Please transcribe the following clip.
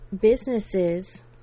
businesses